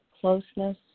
closeness